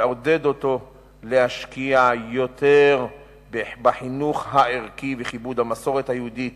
ולעודד אותו להשקיע יותר בחינוך הערכי וכיבוד המסורת היהודית